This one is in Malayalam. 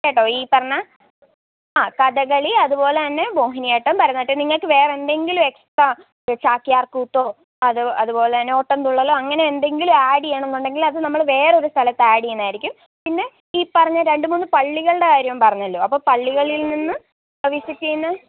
കേട്ടോ ഈ പറഞ്ഞ ആ കഥകളി അതു പോലെ തന്നെ മോഹിനിയാട്ടം ഭരതനാട്യം നിങ്ങൾക്ക് വേറെ എന്തെങ്കിലും എക്സ്ട്രാ ചാക്യാര്കൂത്തോ അത് അത് പോലെ തന്നെ ഓട്ടം തുള്ളലോ അങ്ങനെ എന്തെങ്കിലും ആഡ് ചെയ്യണമെന്നുണ്ടെങ്കില് അത് നമ്മൾ വേറെ ഒരു സ്ഥലത്ത് ആഡ് ചെയ്യുന്നതായിരിക്കും പിന്നെ ഈ പറഞ്ഞ രണ്ടു മൂന്ന് പള്ളികളുടെ കാര്യം പറഞ്ഞല്ലോ അപ്പോൾ പള്ളികളില് നിന്ന് വിസിറ്റ് ചെയ്യുന്ന